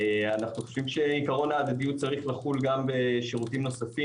אנו חושבים שעיקרון ההדדיות צריך לחול גם בשירותים נוספים